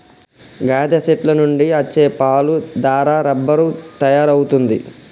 గాదె సెట్ల నుండి అచ్చే పాలు దారా రబ్బరు తయారవుతుంది